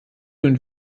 und